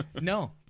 No